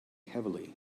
heavily